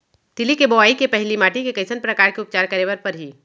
तिलि के बोआई के पहिली माटी के कइसन प्रकार के उपचार करे बर परही?